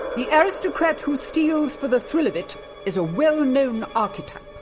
the aristocrat who steals for the thrill of it is a well-known archetype.